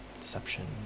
deception